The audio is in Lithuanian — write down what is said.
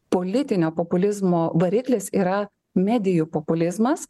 politinio populizmo variklis yra medijų populizmas